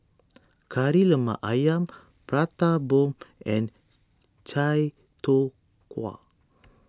Kari Lemak Ayam Prata Bomb and Chai Tow Kway